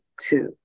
two